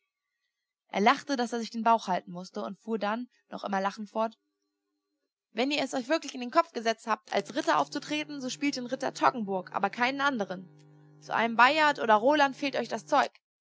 er lachte daß er sich den bauch halten mußte und fuhr dann noch immer lachend fort wenn ihr es euch wirklich in den kopf gesetzt habt als ritter aufzutreten so spielt den ritter toggenburg aber keinen andern zu einem bayard oder roland fehlt euch das zeug